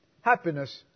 happiness